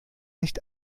nicht